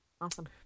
awesome